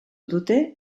dute